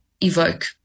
evoke